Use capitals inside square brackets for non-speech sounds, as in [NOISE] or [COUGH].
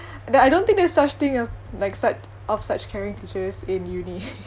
there I don't think there's such thing a like su~ of such caring teachers in uni [LAUGHS]